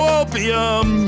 opium